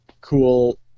cool